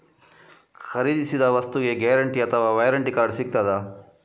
ಖರೀದಿಸಿದ ವಸ್ತುಗೆ ಗ್ಯಾರಂಟಿ ಅಥವಾ ವ್ಯಾರಂಟಿ ಕಾರ್ಡ್ ಸಿಕ್ತಾದ?